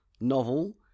Novel